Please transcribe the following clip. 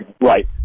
Right